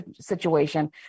situation